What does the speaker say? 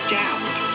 doubt